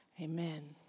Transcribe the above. amen